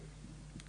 אתכם.